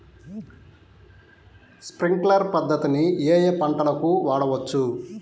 Sprinkler పద్ధతిని ఏ ఏ పంటలకు వాడవచ్చు?